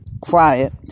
quiet